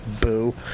Boo